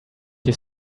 you